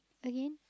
again